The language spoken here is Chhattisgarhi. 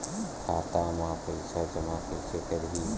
खाता म पईसा जमा कइसे करही?